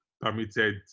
permitted